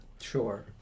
Sure